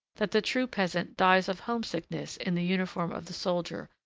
that the true peasant dies of homesickness in the uniform of the soldier,